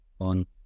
on